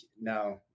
no